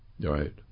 right